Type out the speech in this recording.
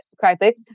correctly